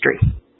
history